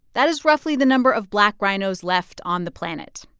that is roughly the number of black rhinos left on the planet.